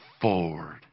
forward